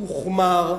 הוחמר.